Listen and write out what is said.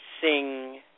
sing